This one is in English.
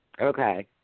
Okay